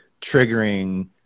triggering